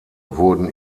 wurden